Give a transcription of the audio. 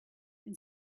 and